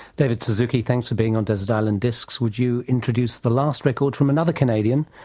david suzuki, thanks for being on desert island discs. would you introduce the last record, from another canadian,